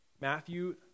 Matthew